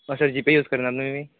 हा sir GPay use करीनात तुमी